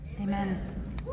Amen